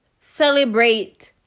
Celebrate